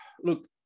look